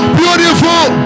beautiful